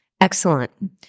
Excellent